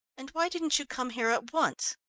and why didn't you come here at once?